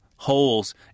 Holes